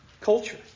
culture